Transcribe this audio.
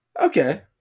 Okay